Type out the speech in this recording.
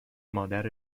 مادر